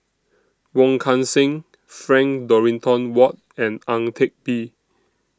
Wong Kan Seng Frank Dorrington Ward and Ang Teck Bee